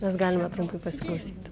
mes galime trumpai pasiklausyti